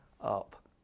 up